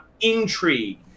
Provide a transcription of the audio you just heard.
intrigue